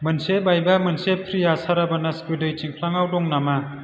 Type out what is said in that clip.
मोनसे बायबा मोनसे फ्रिआ साराबानास गोदै थिंख्लाङाव दं नामा